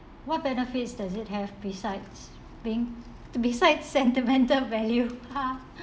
what benefits does it have besides being besides sentimental value